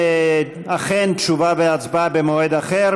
אכן תשובה והצבעה במועד אחר,